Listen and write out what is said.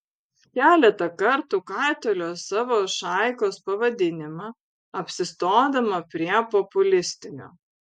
keletą kartų kaitaliojo savo šaikos pavadinimą apsistodama prie populistinio